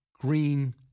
green